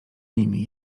nimi